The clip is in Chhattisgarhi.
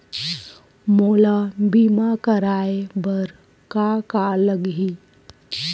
मोला बीमा कराये बर का का लगही?